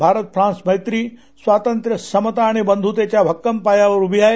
Bharat France मैत्री स्वातंत्र्य समता आणि बंधुतेच्या भक्कम पायावर उभी आहे